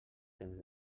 temps